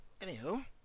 anywho